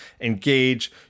engage